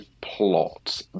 plot